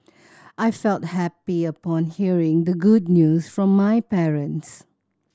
I felt happy upon hearing the good news from my parents